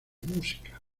música